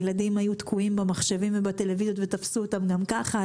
הילדים היו תקועים במחשבים ובטלוויזיות ותפסו אותם גם ככה.